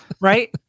right